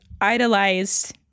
idolized